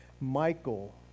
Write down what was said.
Michael